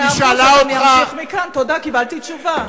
קיבלתי תשובה.